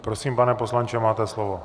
Prosím, pane poslanče, máte slovo.